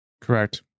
Correct